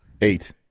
Eight